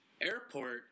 airport